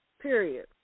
period